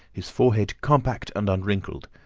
his forehead compact and unwrinkled,